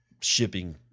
shipping